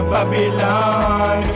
Babylon